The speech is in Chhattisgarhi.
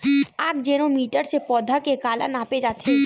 आकजेनो मीटर से पौधा के काला नापे जाथे?